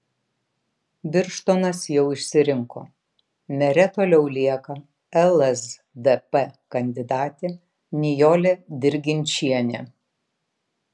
birštonas jau išsirinko mere toliau lieka lsdp kandidatė nijolė dirginčienė